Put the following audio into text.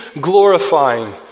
glorifying